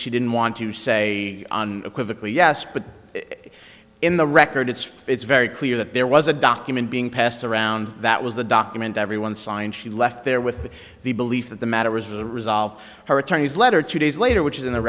she didn't want to say on equivocal yes but in the record it's fits very clear that there was a document being passed around that was the document everyone signed she left there with the belief that the matter was a resolved her attorney's letter two days later which is